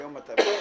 היום אתה רואה